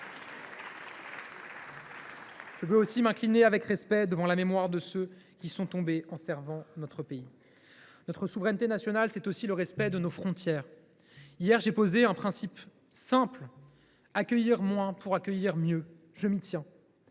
Je veux aussi m’incliner avec respect à la mémoire de ceux qui sont tombés en servant notre pays. Notre souveraineté nationale, c’est aussi le respect de nos frontières. Hier, j’ai posé un principe simple, auquel je me tiens : accueillir moins